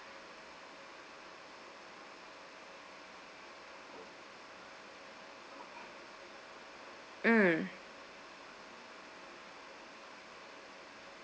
mm